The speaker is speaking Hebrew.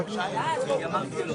אמרתי לו